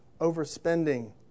overspending